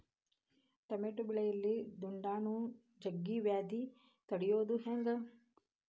Tomato ಬೆಳೆಯಲ್ಲಿ ದುಂಡಾಣು ಗಜ್ಗಿ ವ್ಯಾಧಿ ತಡಿಯೊದ ಹೆಂಗ್?